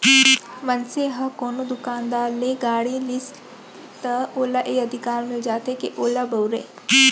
मनसे ह कोनो दुकानदार ले गाड़ी लिस त ओला ए अधिकार मिल जाथे के ओला बउरय